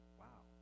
wow